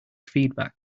feedback